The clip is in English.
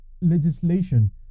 legislation